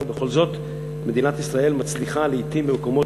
בכל זאת מדינת ישראל מצליחה לעתים במקומות